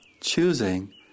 choosing